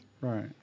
Right